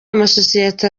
amasosiyete